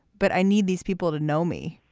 but i need these people to know me.